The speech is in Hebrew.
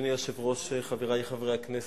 אדוני היושב-ראש, חברי חברי הכנסת,